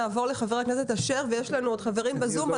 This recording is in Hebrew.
נעבור לחבר הכנסת אשר ויש לנו עוד חברים בזום.